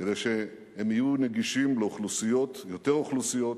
כדי שהם יהיו נגישים לאוכלוסיות, יותר אוכלוסיות,